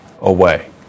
away